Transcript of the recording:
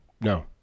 No